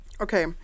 Okay